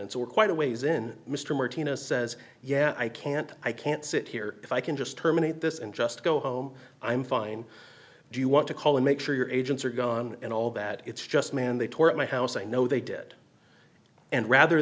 and so we're quite a ways in mr martinez says yeah i can't i can't sit here if i can just terminate this and just go home i'm fine do you want to call and make sure your agents are gone and all that it's just man they tore up my house i know they did and rather